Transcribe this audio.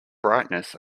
brightness